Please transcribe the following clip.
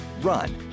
run